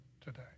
today